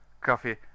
coffee